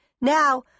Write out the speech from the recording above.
Now